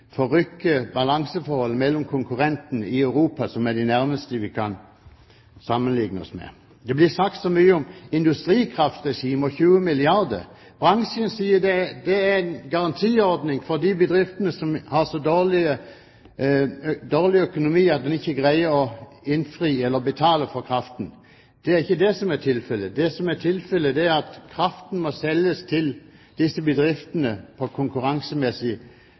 balanseforholdet mellom konkurrentene i Europa, som er de nærmeste vi kan sammenligne oss med. Det blir sagt så mye om industrikraftregimet og rammen på 20 milliarder kr. Bransjen sier at det er en garantiordning for de bedriftene som har så dårlig økonomi at de ikke greier å betale for kraften. Det er ikke det som er tilfellet. Det som er tilfellet, er at kraften må selges til disse bedriftene på et konkurransemessig